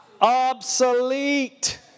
obsolete